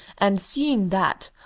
and seeing that,